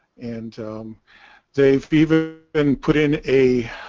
and they've even and put in a